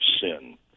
sin